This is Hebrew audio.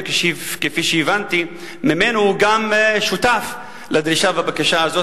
וכפי שהבנתי ממנו הוא גם שותף לדרישה בבקשה הזאת.